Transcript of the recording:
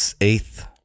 eighth